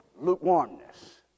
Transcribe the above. lukewarmness